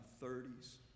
30s